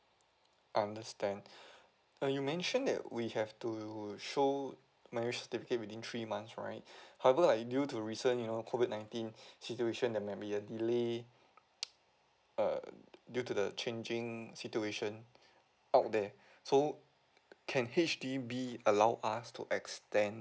understand uh you mentioned that we have to show marriage certificate within three months right however uh due to recent you know COVID nineteen situation there might be a delay err due to the changing situation out there so can H_D_B allow us to extend